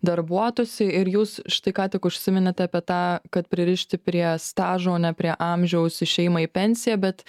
darbuotųsi ir jūs štai ką tik užsiminėte apie tą kad pririšti prie stažo o ne prie amžiaus išėjimą į pensiją bet